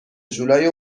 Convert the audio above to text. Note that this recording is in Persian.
جولای